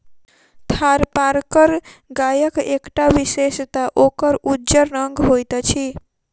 थारपारकर गायक एकटा विशेषता ओकर उज्जर रंग होइत अछि